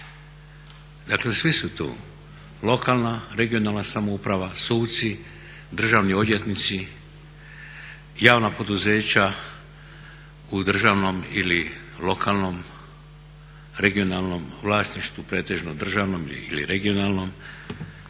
Dakle svi su tu, lokalna, regionalna samouprava, suci, državni odvjetnici, javna poduzeća u državnom ili lokalnom, regionalnom vlasništvu pretežno državnom ili regionalnom,